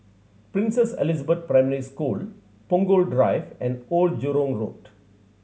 Princess Elizabeth Primary School Punggol Drive and Old Jurong Road